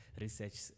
research